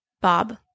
Bob